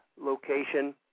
location